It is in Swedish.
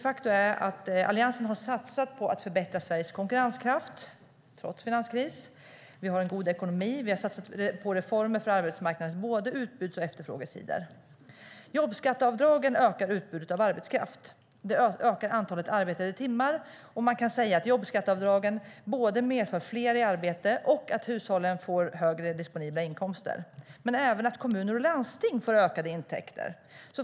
Faktum är att Alliansen har satsat på att förbättra Sveriges konkurrenskraft trots finanskris. Vi har en god ekonomi, och vi har satsat på reformer både på arbetsmarknadens utbudssida och på arbetsmarknadens efterfrågesida. Jobbskatteavdragen ökar utbudet av arbetskraft. De ökar antalet arbetade timmar, och man kan säga att jobbskatteavdragen både medför att vi får fler i arbete och att hushållen får disponibla inkomster. Även kommuner och landsting får ökade intäkter.